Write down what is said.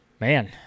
man